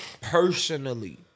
personally